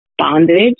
Bondage